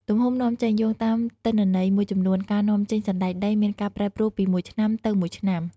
ទំហំនាំចេញ យោងតាមទិន្នន័យមួយចំនួន ការនាំចេញសណ្តែកដីមានការប្រែប្រួលពីមួយឆ្នាំទៅមួយឆ្នាំ។